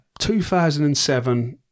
2007